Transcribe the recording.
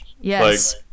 Yes